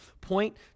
point